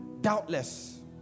doubtless